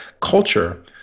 culture